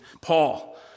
Paul